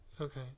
Okay